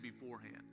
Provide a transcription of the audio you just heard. beforehand